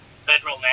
Federal